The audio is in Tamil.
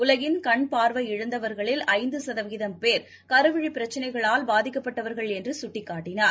உலகில் கண் பார்வையிழந்தவர்களில் ஐந்துசதவீதம் பேர் கருவிழிபிரச்னைகளால் பாதிக்கப்பட்டவர்கள் என்றுசுட்டிக் காட்டினார்